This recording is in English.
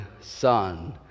Son